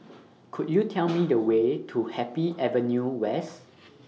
Could YOU Tell Me The Way to Happy Avenue West